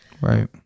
right